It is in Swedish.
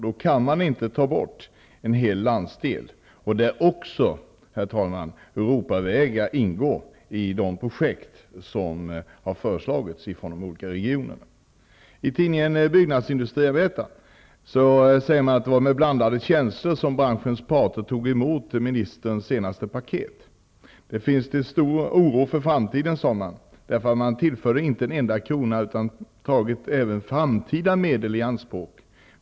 Då kan man inte utesluta en hel landsdel, där också Europavägar ingår i de projekt som har föreslagits i de olika regionerna. I tidningen Byggnadsindustriarbetaren säger man att det var med blandade känslor som branschens parter tog emot ministerns senaste paket. Man säger där att det finns en stor oro inför framtiden, eftersom inte en enda krona har tillförts utan även framtida medel har tagits i anspråk.